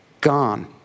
gone